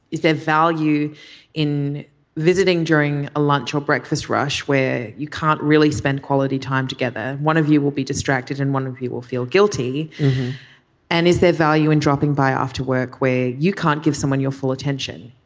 is there value in visiting during a lunch or breakfast rush where you can't really spend quality time together. one of you will be distracted and one of you will feel guilty and is there value in dropping by off to work where you can't give someone your full attention